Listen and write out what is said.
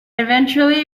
eventually